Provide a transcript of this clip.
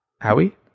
Howie